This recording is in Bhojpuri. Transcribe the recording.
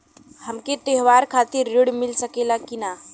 हमके त्योहार खातिर त्रण मिल सकला कि ना?